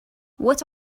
what